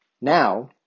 Now